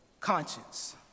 conscience